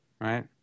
right